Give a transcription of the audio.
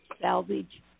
salvage